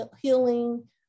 healing